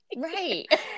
right